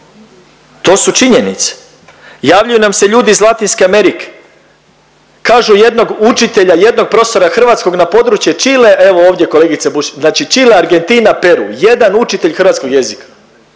to su činjenice. Javljaju nam se ljudi iz Latinske Amerike kažu jednog učitelja, jednog profesora hrvatskog na područje Čile, evo ovdje kolegice Bušić, znači Čile, Argentina, Peru, jedan učitelj hrvatskog jezika.